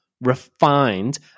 refined